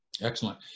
Excellent